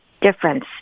difference